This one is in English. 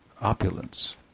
opulence